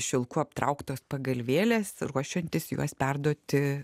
šilku aptrauktos pagalvėlės ruošiantis juos perduoti